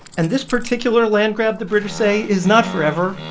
and this particular land grab, the british say, is not forever.